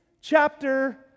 chapter